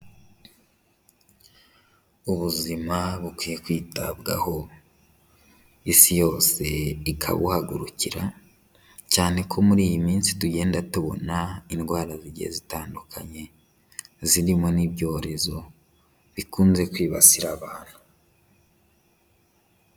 Ubuzima bukwiye kwitabwaho isi yose ikabuhagurukira, cyane ko muri iyi minsi tugenda tubona indwara zigiye zitandukanye zirimo n'ibyorezo bikunze kwibasira abantu.